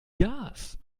gas